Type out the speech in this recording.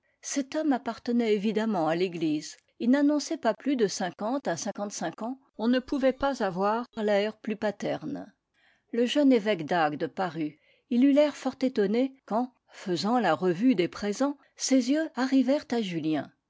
cet homme appartenait évidemment à l'église il n'annonçait pas plus de cinquante à cinquante-cinq ans on ne pouvait pas avoir l'air plus paterne le jeune évêque d'agde parut il eut l'air fort étonné quand faisant la revue des présents ses yeux arrivèrent à julien